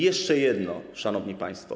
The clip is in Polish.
Jeszcze jedno, szanowni państwo.